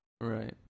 right